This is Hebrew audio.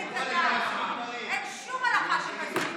אין שום הלכה שכזו.